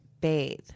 bathe